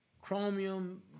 chromium